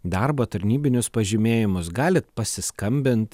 darbą tarnybinius pažymėjimus galit pasiskambint